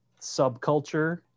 subculture